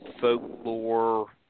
folklore